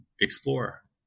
explore